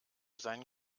seinen